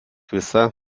visa